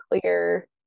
clear